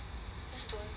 is too